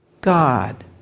God